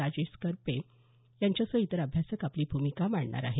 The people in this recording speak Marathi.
राजेश करपे यांच्यासह इतर अभ्यासक आपली भूमिका मांडणार आहेत